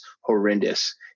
horrendous